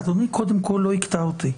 אדוני קודם כול לא יקטע אותי.